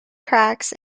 cracks